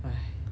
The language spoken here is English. !hais!